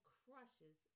crushes